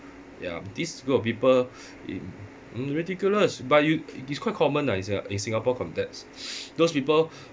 ya this group of people in~ mm ridiculous but you it's quite common lah in singa~ in Singapore context those people